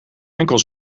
enkel